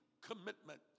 commitment